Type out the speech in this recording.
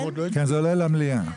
כן, זה עולה למליאה.